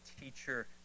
teacher